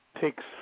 takes